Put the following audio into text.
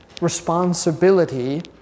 responsibility